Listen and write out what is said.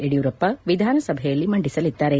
ಯಡಿಯೂರಪ್ಪ ವಿಧಾನಸಭೆಯಲ್ಲಿ ಮಂಡಿಸಲಿದ್ದಾರೆ